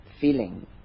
feeling